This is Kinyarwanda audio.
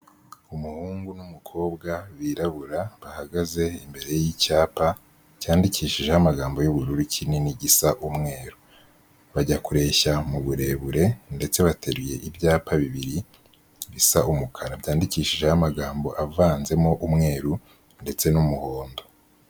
Umuhungu n'umukobwa birabura bahagaze imbere y'icyapa cyandikishijeho amagambo yu'bururu kinini gisa umweru, bajya kureshya mu burebure ndetse bateruye ibyapa bibiri bisa umukara, byandikishijeho amagambo avanzemo umweru ndetse n'umuhondo.